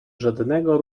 żadnego